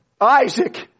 Isaac